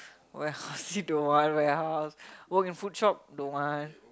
warehouse you don't want warehouse work in food shop don't want